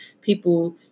people